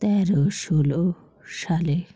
তেরো ষোলো সালে